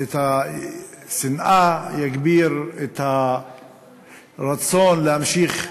את השנאה, יגביר את הרצון להמשיך